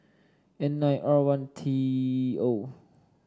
N nine R one T O